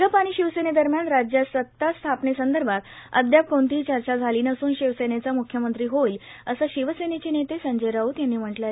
भाजप आणि शिवसेनेदरम्यान राज्यात सता स्थापनेसंदर्भात अद्याप कोणतीही चर्चा झाली नसून शिवसेनेचा मुख्यमंत्री होईल असं शिवसेनेचे नेते संजय राऊत यांनी म्हटलं आहे